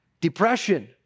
depression